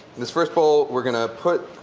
this first bowl we're going to put